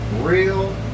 real